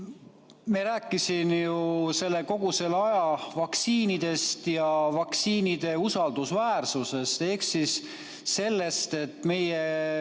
ma rääkisin ju kogu selle aja vaktsiinidest ja vaktsiinide usaldusväärsusest ehk sellest, et meie